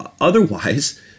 otherwise